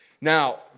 Now